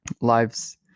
lives